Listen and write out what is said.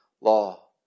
law